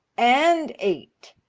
and eight.